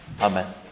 Amen